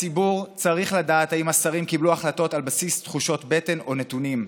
הציבור צריך לדעת אם השרים קיבלו החלטות על בסיס תחושות בטן או נתונים,